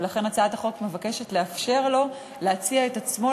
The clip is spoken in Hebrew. ולכן הצעת החוק מבקשת לאפשר לו להציע את עצמו